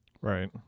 Right